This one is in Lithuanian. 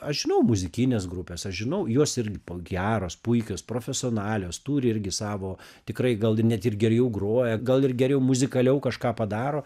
aš žinau muzikines grupes aš žinau jos ir po geros puikios profesionalios turi irgi savo tikrai gal net ir geriau groja gal ir geriau muzikaliau kažką padaro